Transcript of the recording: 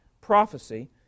prophecy